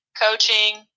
Coaching